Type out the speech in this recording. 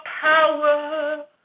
power